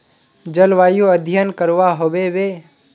जलवायु अध्यन करवा होबे बे?